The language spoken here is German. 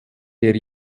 der